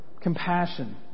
compassion